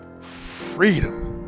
freedom